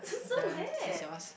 nah this is yours